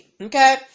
okay